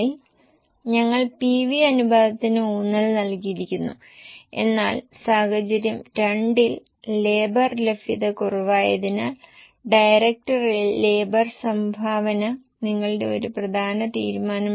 അപ്പോൾ pessimistic 10 optimistic 15 ആണ് അപ്പോൾ അസംസ്കൃത വസ്തുക്കളുടെ വിലയിലെ വർദ്ധനവ് എത്ര ശതമാനം